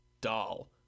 doll